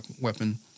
weapon